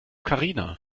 karina